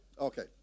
Okay